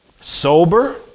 Sober